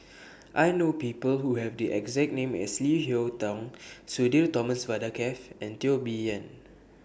I know People Who Have The exact name as Leo Hee Tong Sudhir Thomas Vadaketh and Teo Bee Yen